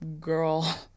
girl